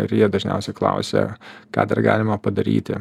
ir jie dažniausiai klausia ką dar galima padaryti